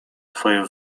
twoje